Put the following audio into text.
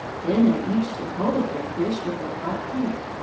then they each took hold of their fish with their front feet,